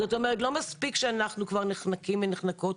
זאת אומרת שלא מספיק שאנחנו נחנקים ונחנקות,